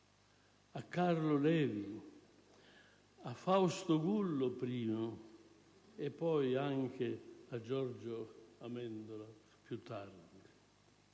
a Carlo Levi, a Fausto Gullo, prima, e anche a Giorgio Amendola, più tardi,